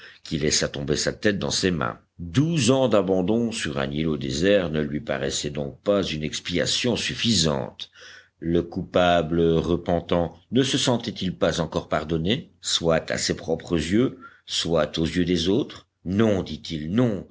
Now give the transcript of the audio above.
qui laissa tomber sa tête dans ses mains douze ans d'abandon sur un îlot désert ne lui paraissaient donc pas une expiation suffisante le coupable repentant ne se sentaitil pas encore pardonné soit à ses propres yeux soit aux yeux des autres non dit-il non